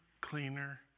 cleaner